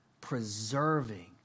preserving